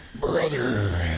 brother